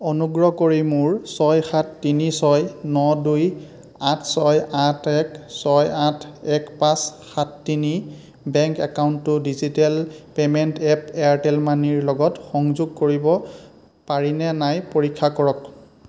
অনুগ্ৰহ কৰি মোৰ ছয় সাত তিনি ছয় ন দুই আঠ ছয় আঠ এক ছয় আঠ এক পাঁচ সাত তিনি বেংক একাউণ্টটো ডিজিটেল পে'মেণ্ট এপ এয়াৰটেল মানিৰ লগত সংযোগ কৰিব পাৰিনে নাই পৰীক্ষা কৰক